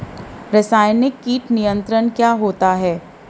रसायनिक कीट नियंत्रण क्या होता है?